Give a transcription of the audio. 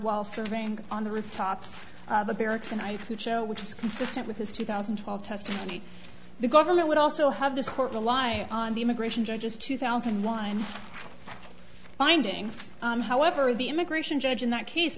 while serving on the rooftops the barracks and i could show which is consistent with his two thousand and twelve testimony the government would also have this court rely on the immigration judges two thousand one finding however the immigration judge in that case